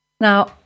Now